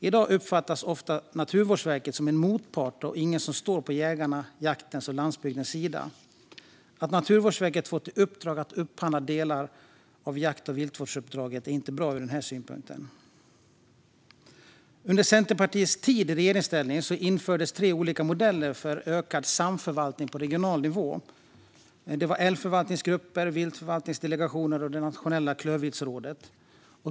I dag uppfattas ofta Naturvårdsverket som en motpart och inte som någon som står på jägarnas, jaktens eller landsbygdens sida. Att Naturvårdsverket har fått i uppgift att upphandla delar av jakt och viltvårdsuppdraget är ur den synvinkeln inte bra. Under Centerpartiets tid i regeringsställning infördes tre olika modeller för ökad samförvaltning på regional nivå. Det var älgförvaltningsgrupper, viltförvaltningsdelegationer och det nationella klövviltsrådet.